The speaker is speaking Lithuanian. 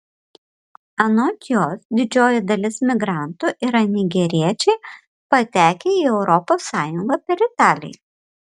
anot jos didžioji dalis migrantų yra nigeriečiai patekę į europos sąjungą per italiją